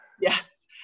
Yes